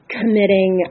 committing